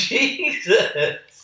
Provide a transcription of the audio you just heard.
Jesus